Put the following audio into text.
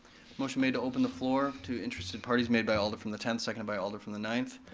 motion made to open the floor to interested parties, made by alder from the tenth, second by alder from the ninth.